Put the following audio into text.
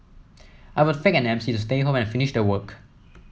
I would fake an M C to stay home and finish the work